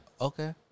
okay